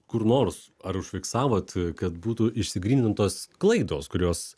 kur nors ar užfiksavot kad būtų išsigrynintos klaidos kurios